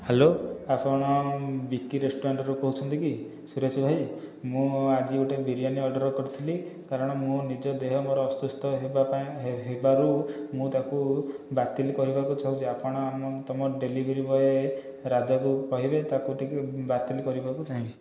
hello ଆପଣ ବିକି ରେଷ୍ଟରୁରାଣ୍ଟରୁ କହୁଛନ୍ତି କି ସୁରେଶ ଭାଇ ମୁଁ ଆଜି ଗୋଟେ ବିରିୟାନି ଅର୍ଡ଼ର କରିଥିଲି କାରଣ ମୁଁ ନିଜ ଦେହ ମୋର ଅସୁସ୍ଥ ହେବା ପାଇଁ ହେବାରୁ ମୁଁ ତାକୁ ବାତିଲ କରିବାକୁ ଚାହୁଁଛି ଆପଣ ଆମ ତମ ଡେଲିଭରି ବଏ ରାଜାକୁ କହିବେ ତାକୁ ଟିକେ ବାତିଲ କରିବାକୁ ଚାହିଁବି